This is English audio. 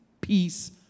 peace